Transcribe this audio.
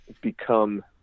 become